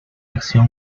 acción